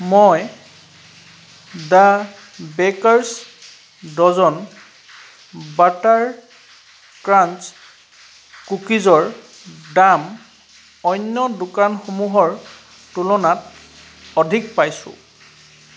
মই the baker's dozen butter crunch কুকিজৰ দাম অন্য দোকানসমূহৰ তুলনাত অধিক পাইছোঁ